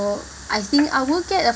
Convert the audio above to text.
I think I will get a